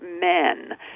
men